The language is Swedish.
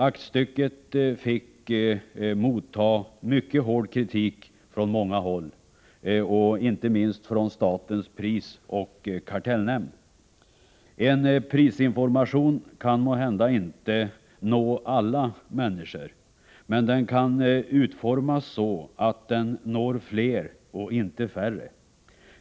Aktstycket fick utstå mycket hård kritik från många håll, inte minst från statens prisoch kartellnämnd. En prisinformation kan måhända inte nå alla människor, men den måste utformas så att den når fler och inte färre.